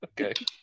Okay